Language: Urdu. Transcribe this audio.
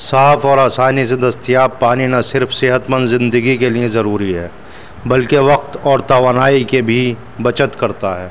صاف اور آسانی سے دستیاب پانی نہ صرف صحت مند زندگی کے لیے ضروری ہے بلکہ وقت اور توانائی کے بھی بچت کرتا ہے